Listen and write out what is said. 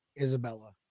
Isabella